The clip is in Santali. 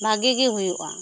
ᱵᱷᱟᱹᱜᱤ ᱜᱮ ᱦᱩᱭᱩᱜᱼᱟ